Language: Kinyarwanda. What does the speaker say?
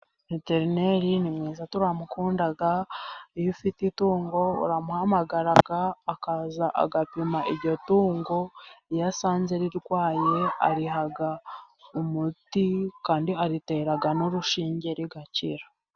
Veterineri ni mwiza turamukunda, iyo ufite itungo uramuhamagara akaza agapima iryo tungo, iyo asanze rirwaye ariha umuti kandi aritera n'urushinge rigakira.